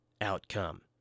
outcome